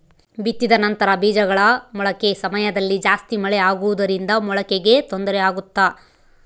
ಬಿತ್ತಿದ ನಂತರ ಬೇಜಗಳ ಮೊಳಕೆ ಸಮಯದಲ್ಲಿ ಜಾಸ್ತಿ ಮಳೆ ಆಗುವುದರಿಂದ ಮೊಳಕೆಗೆ ತೊಂದರೆ ಆಗುತ್ತಾ?